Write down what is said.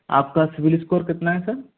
आपका CIBIL score कितना है सर